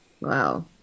Wow